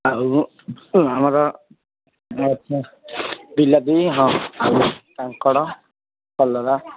ଆଉ ଆମର ବିଲାତି ହଁ ଆଉ କାଙ୍କଡ଼ କଲରା